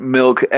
milk